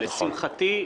לשמחתי,